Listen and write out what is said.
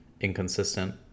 inconsistent